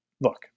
Look